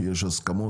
כי יש הסכמות,